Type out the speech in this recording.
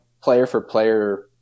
player-for-player